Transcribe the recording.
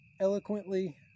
eloquently